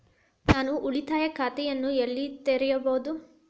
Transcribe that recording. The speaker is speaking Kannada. ನಾನು ಉಳಿತಾಯ ಖಾತೆಯನ್ನು ಎಲ್ಲಿ ತೆರೆಯಬಹುದು?